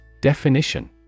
Definition